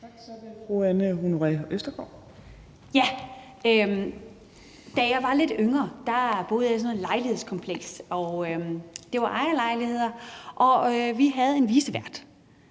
Østergaard. Kl. 19:29 Anne Honoré Østergaard (V): Da jeg var lidt yngre, boede jeg i sådan et lejlighedskompleks. Det var ejerlejligheder, og vi havde en vicevært.